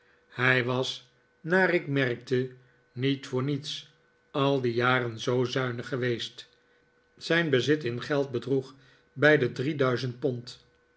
hij was naar ik merkte niet voor niets al die jaren zoo zuinig geweest zijn bezit in geld bedroeg bij de drieduizend pond